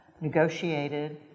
negotiated